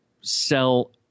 sell